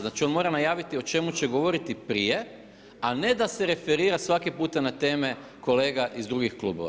Znači on mora najaviti o čemu će govoriti prije a ne da se referira svaki puta na teme kolega iz drugih klubova.